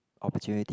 opportunities